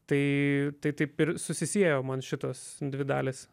tai tai taip ir susisiejo man šitos dvi dalys